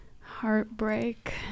heartbreak